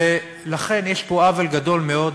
ולכן, יש פה עוול גדול מאוד.